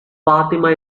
fatima